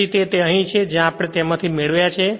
તે જ રીતે તે અહીં છે કે જે આપણે તેમાંથી મેળવ્યા છે